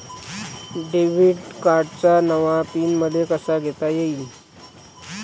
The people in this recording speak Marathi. डेबिट कार्डचा नवा पिन मले कसा घेता येईन?